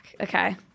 Okay